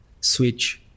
switch